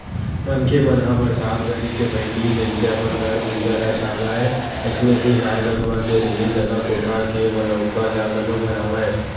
मनखे मन ह बरसात घरी के पहिली जइसे अपन घर कुरिया ल छावय अइसने ही गाय गरूवा के रेहे जघा कोठा के बनउका ल घलोक बनावय